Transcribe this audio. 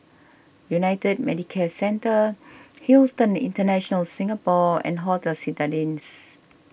United Medicare Centre Hilton International Singapore and Hotel Citadines